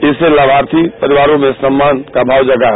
इससे लाभार्थी परिवारों में सम्मान का भाव जगा है